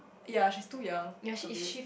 ya she's too young a bit